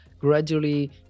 gradually